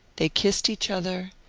they kissed each other,